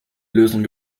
lösung